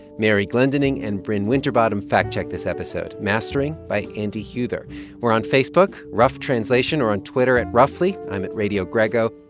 mary glendinning and brin winterbottom fact-checked this episode. mastering by andy huether we're on facebook rough translation or on twitter at roughly. i'm at radiogrego.